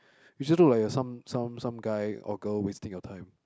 you just look like a some some some guy or girl wasting your time